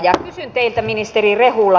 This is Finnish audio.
kysyn teiltä ministeri rehula